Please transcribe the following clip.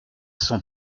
son